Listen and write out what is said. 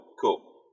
Cool